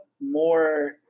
more –